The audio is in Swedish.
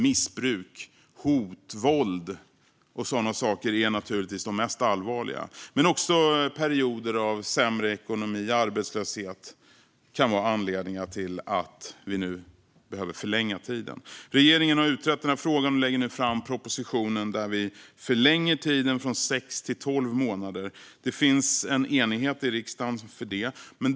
Missbruk, hot, våld och sådana saker är givetvis de mest allvarliga. Men även förekommande perioder av sämre ekonomi och arbetslöshet finns bland anledningarna till att vi nu behöver förlänga tiden. Regeringen har utrett frågan och lägger nu fram den här propositionen, där vi förlänger tiden från sex till tolv månader. Det finns en enighet i riksdagen för det.